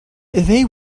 they